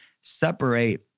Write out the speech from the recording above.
separate